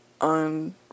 on